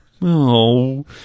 no